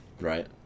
Right